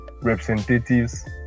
Representatives